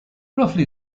roughly